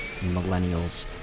Millennials